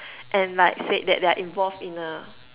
and like said that they're involved in a